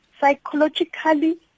psychologically